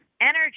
energy